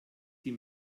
die